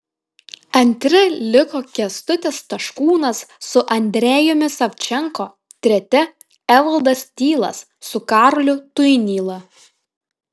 antri liko kęstutis taškūnas su andrejumi savčenko treti evaldas tylas su karoliu tuinyla